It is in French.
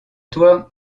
toi